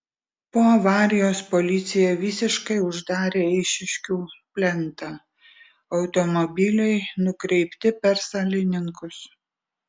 po avarijos policija visiškai uždarė eišiškių plentą automobiliai nukreipti per salininkus